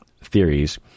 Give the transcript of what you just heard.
theories